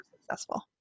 successful